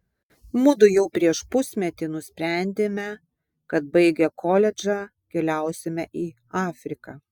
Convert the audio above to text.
mudu jau prieš pusmetį nusprendėme kad baigę koledžą keliausime į afriką